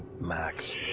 max